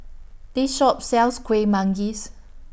This Shop sells Kueh Manggis